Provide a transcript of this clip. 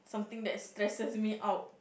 think that stresses me out